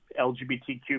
LGBTQ